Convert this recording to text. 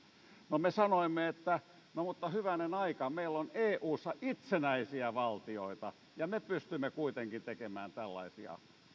kun me sanoimme että no mutta hyvänen aika meillä on eussa itsenäisiä valtioita ja me pystymme kuitenkin tekemään tällaisia